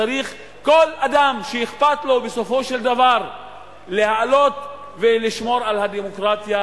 וצריך כל אדם שאכפת לו בסופו של דבר לשמור על הדמוקרטיה,